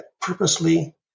purposely